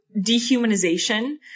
dehumanization